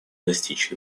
достичь